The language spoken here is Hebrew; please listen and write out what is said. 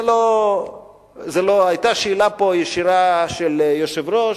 היתה פה שאלה ישירה של היושב-ראש.